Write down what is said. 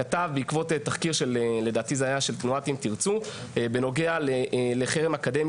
כתב בעקבות תחקיר של תנועת "אם תרצו" בנוגע לחרם אקדמי